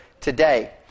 today